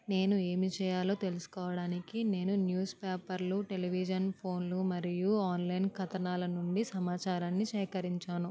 నేను ఏమి చేయాలో తెలుసుకోవటానికి నేను న్యూస్ పేపర్లు టెలివిజన్ ఫోన్లు మరియు ఆన్లైన్ కథనాలా నుండి సమాచారాన్నిసేకరించాను